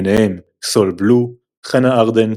ביניהם סול בלו, חנה ארנדט,